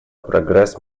прогресс